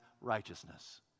righteousness